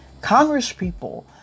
congresspeople